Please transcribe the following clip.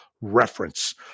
reference